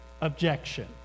objection